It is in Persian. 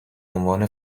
عنوان